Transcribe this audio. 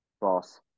boss